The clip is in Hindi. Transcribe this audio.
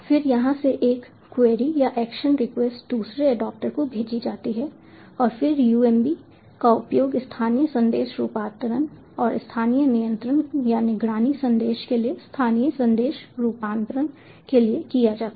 फिर यहां से एक क्वेरी या एक्शन रिक्वेस्ट दूसरे एडेप्टर को भेजी जाती है और फिर UMB का उपयोग स्थानीय संदेश रूपांतरण और स्थानीय नियंत्रण या निगरानी संदेश के लिए स्थानीय संदेश रूपांतरण के लिए किया जाता है